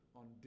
on